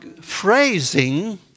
phrasing